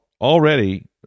already